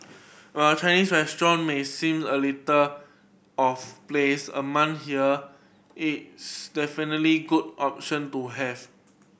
while a Chinese restaurant may seem a little of place among here it's definitely good option to have